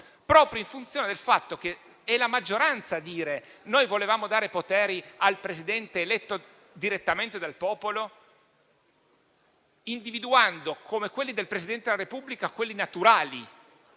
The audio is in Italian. proprio in funzione del fatto che è la maggioranza a dire di voler dare poteri al Presidente eletto direttamente dal popolo, individuando i poteri del Presidente della Repubblica come naturali